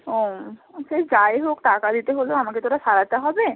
ও ও সে যাই হোক টাকা দিতে হলেও আমাকে তো ওটা সারাতে হবে